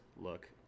look